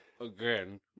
again